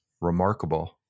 remarkable